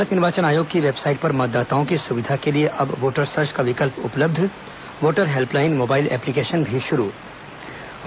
भारत निर्वाचन आयोग की वेबसाईट पर मतदाताओं की सुविधा के लिए अब वोटर सर्च का विकल्प उपलब्ध वोटर हेल्पलाइन मोबाइल एप्लीकेशन भी लांच